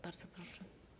Bardzo proszę.